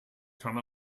kann